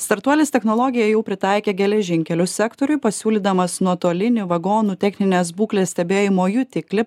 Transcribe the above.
startuolis technologiją jau pritaikė geležinkelių sektoriui pasiūlydamas nuotolinį vagonų techninės būklės stebėjimo jutiklį